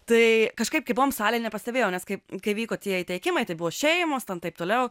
tai kažkaip kai buvom salėj nepastebėjau nes kaip kai vyko tie įteikimai tai buvo šeimos ten taip toliau